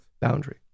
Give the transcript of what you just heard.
boundary